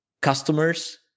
customers